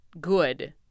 good